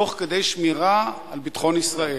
תוך כדי שמירה על ביטחון ישראל,